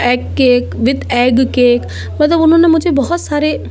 egg cake with egg cake मतलब उन्होंने मुझे बहुत सारे